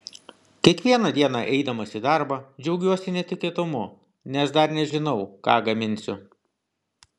kiekvieną dieną eidamas į darbą džiaugiuosi netikėtumu nes dar nežinau ką gaminsiu